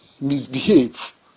misbehave